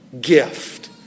gift